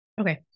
okay